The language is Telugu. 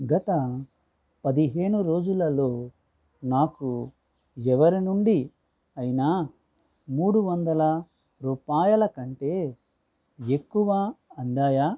గత పదిహేను రోజులలో నాకు ఎవరి నుండి అయినా మూడు వందల రూపాయల కంటే ఎక్కువ అందాయా